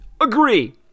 Agree